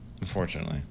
unfortunately